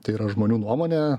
tai yra žmonių nuomonė